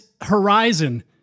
horizon